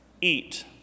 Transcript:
eat